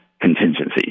contingency